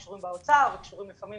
קשורים באוצר וקשורים לפעמים